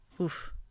oof